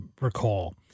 recall